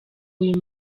uyu